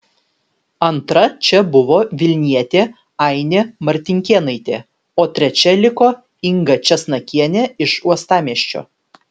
antra čia buvo vilnietė ainė martinkėnaitė o trečia liko inga česnakienė iš uostamiesčio